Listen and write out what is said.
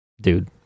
Dude